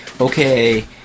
okay